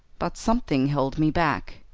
but something held me back.